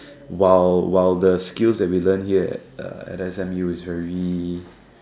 while while the skills that we learn here at uh at S_M_U is very